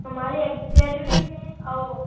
हमारी अकैडमी में आओ